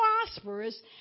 prosperous